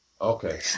Okay